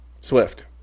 Swift